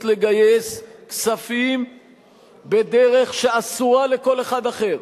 לגייס כספים בדרך שאסורה לכל אחד אחר,